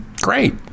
Great